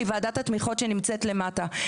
היא ועדת התמיכות שנמצאת למטה.